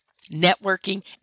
networking